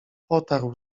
potarł